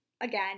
again